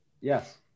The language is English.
Yes